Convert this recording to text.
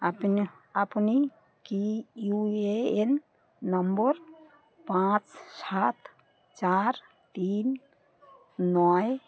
আপনি আপনি কি ইউ এ এন নম্বর পাঁচ সাত চার তিন নয়